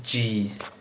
G